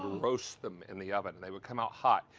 roast them in the oven. they would come out hot.